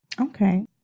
Okay